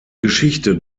geschichte